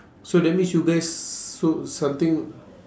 so that mean you guys so something